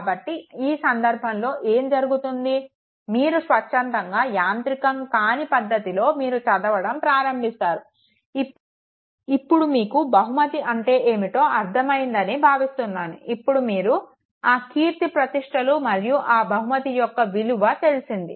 కాబట్టి ఈ సంధర్భంలో ఏం జరుగుతుంది మీరు స్వచ్చంధంగా యాంత్రికంకాని పద్ధతిలో మీరు చదవడం ప్రారంభింస్తారు ఇప్పుడు మీకు బహుమతి అంటే ఏమిటో అర్ధమయ్యింది అని భావిస్తున్నాను ఇప్పుడు మీరు ఆ కీర్తిప్రతిష్టలు మరియు ఆ బహుమతి యొక్క విల్లువ తెలిసింది